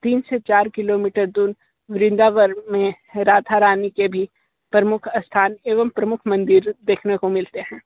तीन से चार किलोमीटर दूर वृन्दावन में राधारानी के भी प्रमुख स्थान एवं प्रमुख मंदिर देखने को मिलते हैं